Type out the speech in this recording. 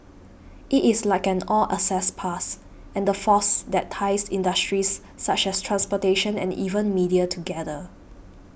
it is like an all access pass and the force that ties industries such as transportation and even media together